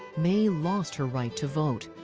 may lost her right to vote.